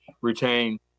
retain